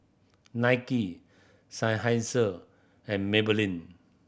Nike Seinheiser and Maybelline